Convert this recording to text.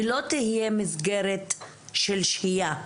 היא לא תהיה מסגרת של שהייה.